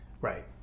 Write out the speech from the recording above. Right